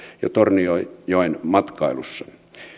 ja tornionjoen matkailussa